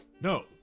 No